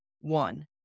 one